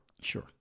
Sure